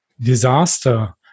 disaster